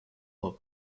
лоб